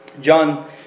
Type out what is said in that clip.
John